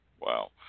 Wow